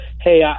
hey